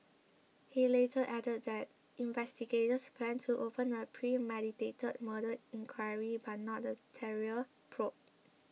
he later added that investigators planned to open a premeditated murder inquiry but not a terror probe